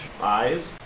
eyes